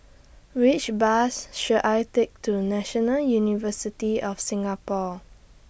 Which Bus should I Take to National University of Singapore